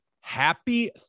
Happy